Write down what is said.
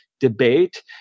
debate